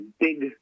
big